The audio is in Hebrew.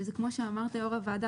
וכפי שיושב-ראש הוועדה